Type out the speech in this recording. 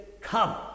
Come